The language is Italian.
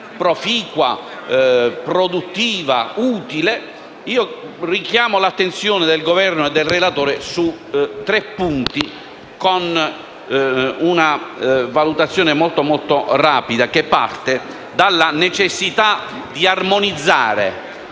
proficua, produttiva e utile richiamo l'attenzione del Governo e del relatore su tre punti, con una valutazione molto rapida che parte dalla necessità di armonizzare